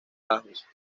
bajos